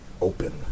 open